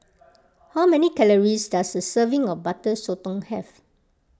how many calories does a serving of Butter Sotong have